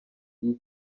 iyi